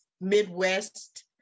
Midwest